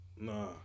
Nah